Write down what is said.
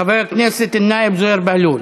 חבר הכנסת זוהיר בהלול.